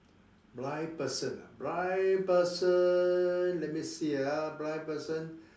blind person ah blind person let me see ah blind person